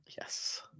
Yes